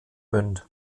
gmünd